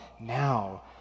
now